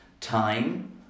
Time